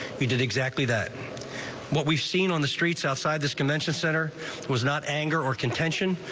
he did exactly that what we've seen on the streets outside this convention center was not anger or contention.